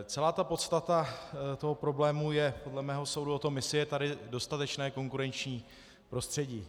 Celá podstata problému je podle mého soudu o tom, jestli je tady dostatečné konkurenční prostředí.